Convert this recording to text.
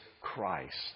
Christ